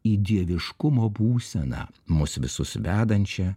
į dieviškumo būseną mus visus vedančią